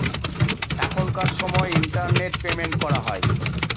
এখনকার সময় internet payment করা হয়